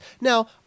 Now